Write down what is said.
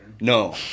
No